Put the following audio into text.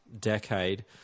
decade